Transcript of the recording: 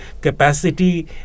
capacity